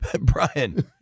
Brian